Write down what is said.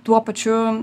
tuo pačiu